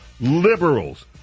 liberals